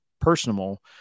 personal